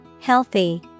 Healthy